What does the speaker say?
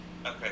Okay